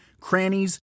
crannies